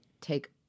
take